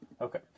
okay